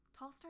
Tallstar